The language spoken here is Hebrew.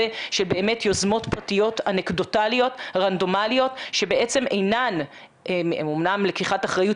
של באמת יוזמות פרטיות אנקדוטליות רנדומליות שהן אמנם לקיחת אחריות